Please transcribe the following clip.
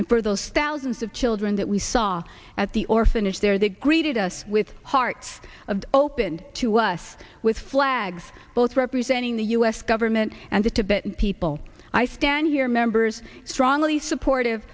and for those thousands of children that we saw at the orphanage there they greeted us with hearts of opened to us with flags both representing the u s government and the tibetan people i stand here members strongly supportive